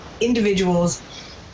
individuals